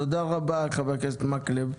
תודה רבה, חבר הכנסת מקלב.